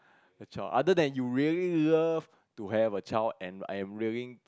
the child other than you really love to have a child and I am willing